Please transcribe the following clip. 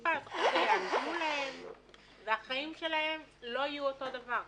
החיים שלהם לא יהיו אותו הדבר.